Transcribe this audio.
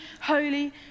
holy